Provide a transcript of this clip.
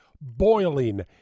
boiling